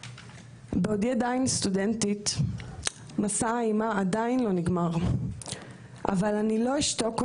בעודי סטודנטית מסע האימה עדיין לא נגמר אבל אני לא אשתוק עוד,